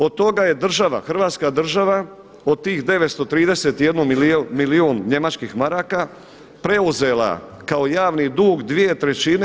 Od toga je država, hrvatska država od tih 931 milijun njemačkih maraka preuzela kao javni dug 2/